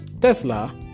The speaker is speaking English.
Tesla